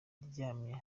aryamye